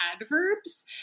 adverbs